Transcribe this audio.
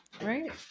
right